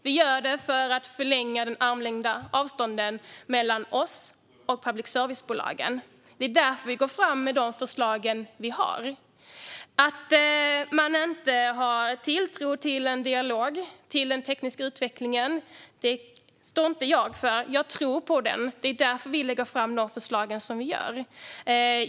Vi gör det för att förlänga det armslånga avståndet mellan oss och public service-bolagen. Det är därför vi går fram med de förslag vi har. Att inte ha tilltro till en dialog eller till den tekniska utvecklingen är inget jag står för. Jag tror på det här, och därför lägger vi fram dessa förslag.